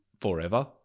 forever